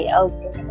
okay